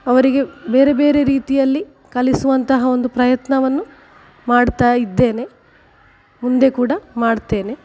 ಅವರಿಗೆ ಬೇರೆ ಬೇರೆ ರೀತಿಯಲ್ಲಿ ಕಲಿಸುವಂತಹ ಒಂದು ಪ್ರಯತ್ನವನ್ನು ಮಾಡ್ತಾ ಇದ್ದೇನೆ ಮುಂದೆ ಕೂಡ ಮಾಡ್ತೇನೆ